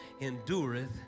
endureth